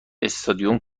استادیوم